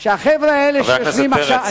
חבר הכנסת פרץ.